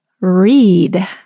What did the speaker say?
Read